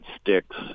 sticks